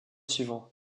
suivant